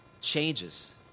changes